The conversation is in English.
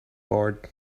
board